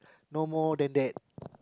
no more than that